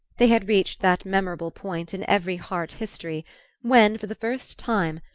they had reached that memorable point in every heart-history when, for the first time,